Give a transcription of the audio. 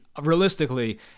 realistically